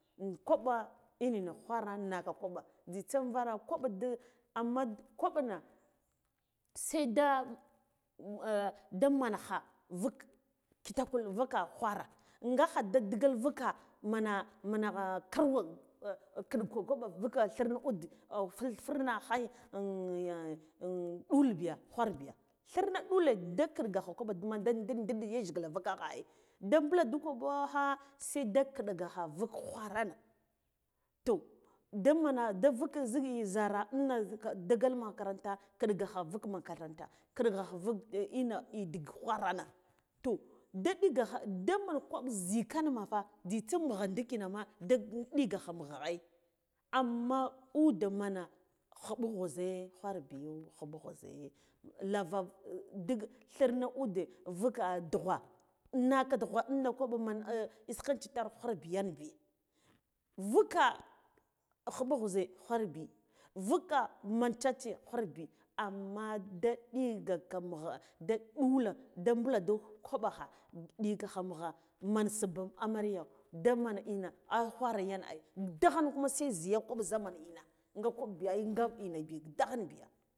In kwaɓa ininan khwura naka kwaɓa jzitse invara kwaɓa di amma kwaɓana seda di da mankha vuk ki takul vaka kwara ngakha da digal vuka mana mana kwarwa karwa kiɗ ga kwaɓa vuka thirna ude ful yurna khanya ɗul biya kwarabiya khanya ɗul biya kwarabiya thirna nɗula nda yiɗga kha kwaɓoma ndi diɗ ndiɗ yajgila vukakla ai nda mbuladu kwabo kha seda kiɗ gakha vuk khwarana toh domina da vuk zi zara inna ada naka digal makaranta kiɗga vuk makaranta kiɗga kha vuk ina khwurana to da digakha daman kwaɓ zikan ma fa jzitsa mugha nɗikina ma da ɗi gacha ai anna ude mina khuɓu guze ghwar biyo khuɓu khuze lara dige thirna ude vuka dughab nake dughwa ina kwaɓo man iskenci tar khwar bi yan bi vuka khuɓu guze khwarbi vuka min a chachi khwarbi amma da ɗigaka mugha da ɗula da mbulandu kwaɓa kha ɗigacha mugha men subha amarya da men ina ah kwara yan ai daghan kuma se ziya kwab za man ina nga kwab biya ai nga ina bi daghen ina.